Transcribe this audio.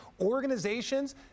organizations